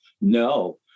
No